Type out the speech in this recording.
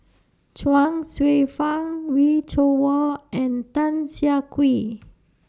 Chuang Hsueh Fang Wee Cho Yaw and Tan Siah Kwee